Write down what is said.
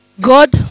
God